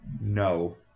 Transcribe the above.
No